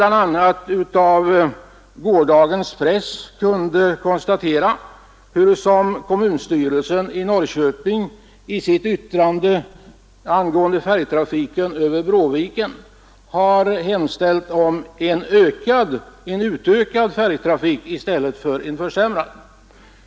Av gårdagens press kunde jag konstatera hurusom skolstyrelsen i Norrköping i sitt yttrande angående färjetrafiken över Bråviken har hemställt om en utökad färjetrafik i stället för en försämring.